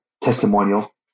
testimonial